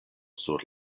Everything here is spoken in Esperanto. sur